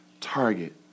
target